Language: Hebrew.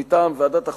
מטעם ועדת החוקה,